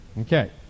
Okay